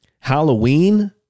Halloween